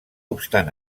obstant